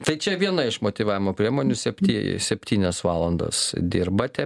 tai čia viena iš motyvavimo priemonių septy septynias valandos dirbate